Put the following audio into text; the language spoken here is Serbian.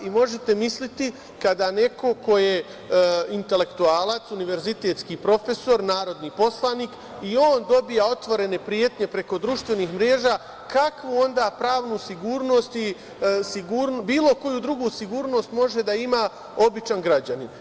Možete misliti, kada neko ko je intelektualac, univerzitetski profesor, narodni poslanik dobija otvorene pretnje preko društvenih mreža, kakvu onda pravnu sigurnost i bilo koju drugu sigurnost može da ima običan građanin.